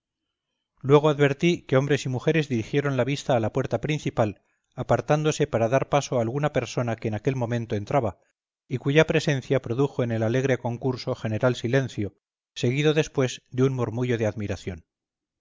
luego advertí que hombres y mujeres dirigieron la vista a la puerta principal apartándose para dar paso a alguna persona que en aquel momento entraba y cuya presencia produjo en el alegre concurso general silencio seguido después de un murmullo de admiración